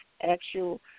actual